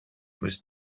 was